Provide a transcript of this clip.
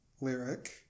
lyric